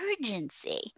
urgency